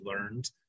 learned